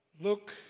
look